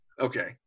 Okay